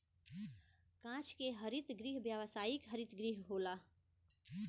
कांच के हरित गृह व्यावसायिक हरित गृह होला